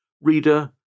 Reader